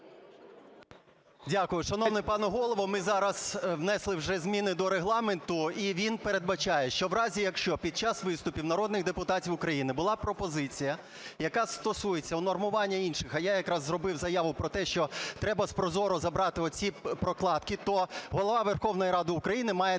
Дякую. Шановний пане Голово, ми зараз внесли вже зміни до Регламенту, і він передбачає, що в разі, якщо під час виступів народних депутатів України була пропозиція, яка стосується унормування інших, а я якраз зробив заяву про те, що треба з ProZorro забрати оці "прокладки", то Голова Верховної Ради України має дати